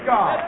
God